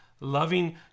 loving